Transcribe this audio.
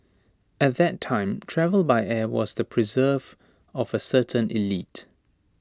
at that time travel by air was the preserve of A certain elite